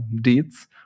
deeds